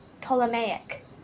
Ptolemaic